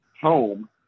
home